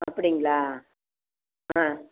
அப்படிங்களா ஆ